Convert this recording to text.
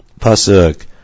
Pasuk